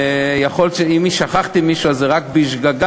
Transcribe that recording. ויכול להיות, שאם שכחתי מישהו זה רק בשגגה,